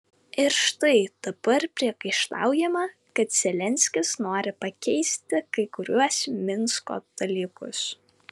ir štai dabar priekaištaujama kad zelenskis nori pakeisti kai kuriuos minsko dalykus